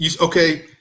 okay